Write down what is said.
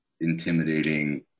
intimidating